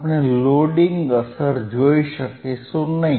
આપણે લોડિંગ અસર જોઈ શકીશું નહીં